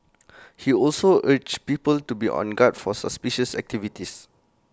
he also urged people to be on guard for suspicious activities